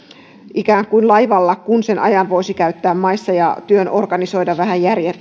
ikään kuin lepäillään siellä laivalla kun sen ajan voisi käyttää maissa ja työn organisoida vähän